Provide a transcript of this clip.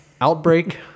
Outbreak